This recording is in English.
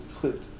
put